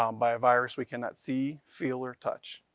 um by a virus we cannot see, feel or touch.